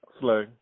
Slay